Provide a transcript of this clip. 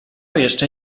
jeszcze